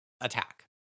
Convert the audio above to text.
attack